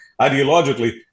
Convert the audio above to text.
ideologically